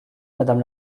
madame